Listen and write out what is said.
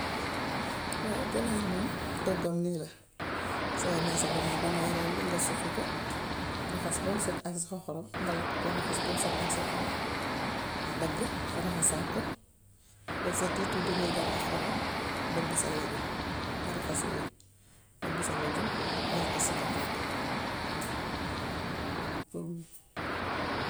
Waaw ganar moom toggam nii la. Soo amee sa ganaar dangay rendi nga suqi ko, raxas bam set ak sa xorom, nga lekk ko raxas bam set ak sa xorom, dagg raxasaat ko, def sa tuuti bineegar ak xorom, dëbb sa lajum, nga raxas yooyu. Dëbb sa lajum def ko si nga toggu, toog.